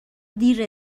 دیر